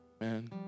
Man